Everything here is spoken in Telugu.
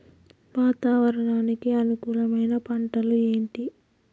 వాతావరణానికి అనుకూలమైన పంటలు ఏంటి?